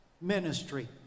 ministry